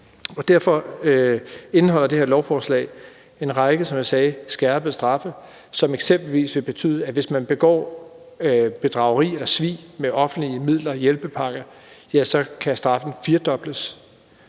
Derfor indeholder det her lovforslag en række, som jeg sagde, skærpede straffe, som eksempelvis vil betyde, at hvis man begår bedrageri eller svig med offentlige midler i forbindelse med hjælpepakker, kan straffen firedobles.